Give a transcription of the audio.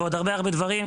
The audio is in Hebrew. ועוד הרבה הרבה דברים,